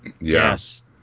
Yes